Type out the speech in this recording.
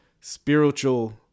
spiritual